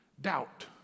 Doubt